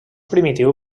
primitiu